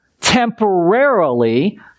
temporarily